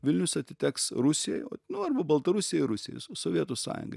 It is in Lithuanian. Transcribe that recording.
vilnius atiteks rusijai nu arba baltarusijai ir rusijai su sovietų sąjungai